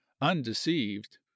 undeceived